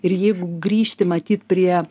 ir jeigu grįžti matyt prie